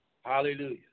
Hallelujah